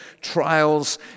trials